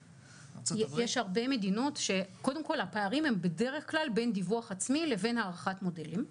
קודם כל הפערים הם בדרך כלל בין דיווח עצמי לבין הערכת מודלים.